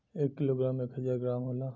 एक किलोग्राम में एक हजार ग्राम होला